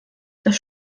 dass